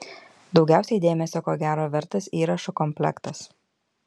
daugiausiai dėmesio ko gero vertas įrašų komplektas